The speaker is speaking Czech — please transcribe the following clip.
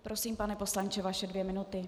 Prosím, pane poslanče, vaše dvě minuty.